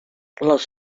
les